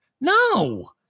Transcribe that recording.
no